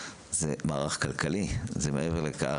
זה מערך כלכלי זה מעבר לכך,